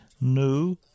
new